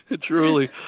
Truly